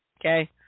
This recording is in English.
okay